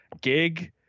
gig